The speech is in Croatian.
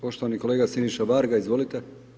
Poštovani kolega Siniša Varga, izvolite.